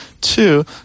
Two